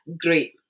Great